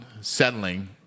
settling